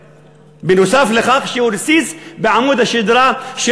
בנוסף לכך שהוא רסיס בעמוד השדרה של